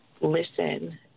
listen